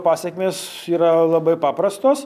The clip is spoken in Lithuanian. pasekmės yra labai paprastos